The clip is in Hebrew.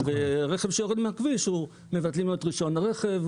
ורכב שיורד מהכביש מבטלים לו את רישיון הרכב,